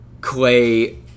Clay